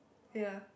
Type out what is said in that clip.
ya